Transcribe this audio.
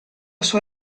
sua